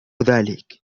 ذلك